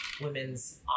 women's